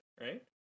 right